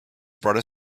brought